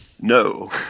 No